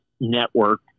network